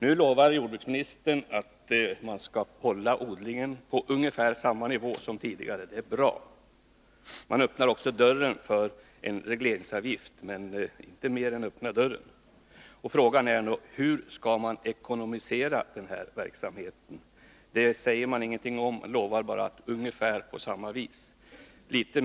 Nu lovar jordbruksministern att odlingen skall hållas på ungefär samma nivå som tidigare, och det är bra. Han öppnar också dörren för en regleringsavgift — men han gör alltså inte mer än att öppna dörren. Frågan är då: Hur skall verksamheten finansieras? Jordbruksministern säger ingenting om det, utom att lova att det skall ske på ungefär samma sätt.